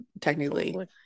technically